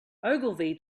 ogilvy